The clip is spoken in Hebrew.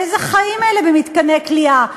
אבל איזה חיים אלה במתקני כליאה?